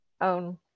own